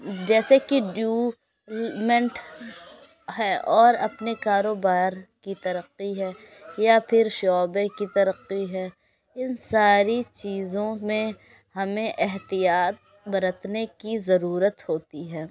جیسے کی ڈیومنٹ ہے اور اپنے کاروبار کی ترقی ہے یا پھر شعبے کی ترقی ہے ان ساری چیزوں میں ہمیں احتیاط برتنے کی ضرورت ہوتی ہے